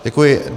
Děkuji.